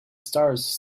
stars